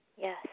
Yes